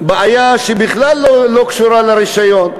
בעיה שבכלל לא קשורה לרישיון,